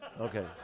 Okay